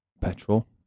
petrol